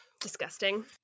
Disgusting